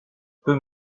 peu